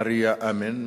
מריה אמן מעזה,